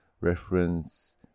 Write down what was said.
reference